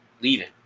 leaving